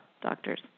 doctors